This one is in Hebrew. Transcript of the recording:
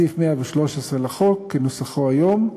בסעיף 113 לחוק כנוסחו היום,